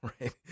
right